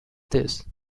this